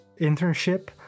internship